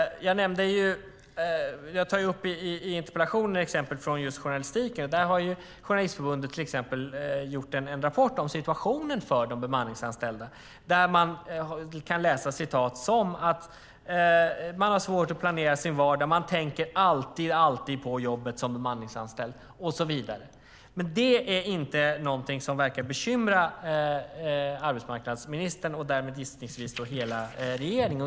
Jag tar i interpellationen upp exempel från journalistiken. Till exempel har Journalistförbundet gjort en rapport om situationen för de bemanningsanställda, där man kan läsa om människor som har svårt att planera sin vardag, som alltid tänker på jobbet som bemanningsanställd och så vidare. Men detta är inte något som verkar bekymra arbetsmarknadsministern, och därmed gissningsvis inte heller övriga regeringen.